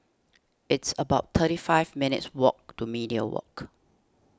it's about thirty five minutes' walk to Media Walk